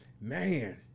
man